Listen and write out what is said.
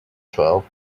twelve